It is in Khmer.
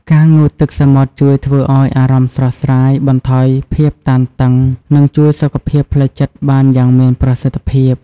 ការងូតទឹកសមុទ្រជួយធ្វើឲ្យអារម្មណ៍ស្រស់ស្រាយ បន្ថយភាពតានតឹង និងជួយសុខភាពផ្លូវចិត្តបានយ៉ាងមានប្រសិទ្ធភាព។